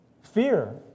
Fear